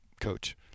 coach